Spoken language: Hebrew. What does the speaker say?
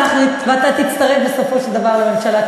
ואתה תצטרף בסופו של דבר לממשלה.